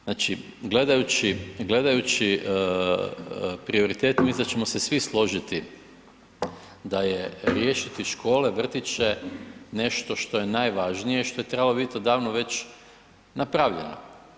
Znači gledajući prioritete, mislim da ćemo se svi složiti da je riješiti škole, vrtiće nešto što je najvažnije, što je trebalo biti odavno već napravljeno.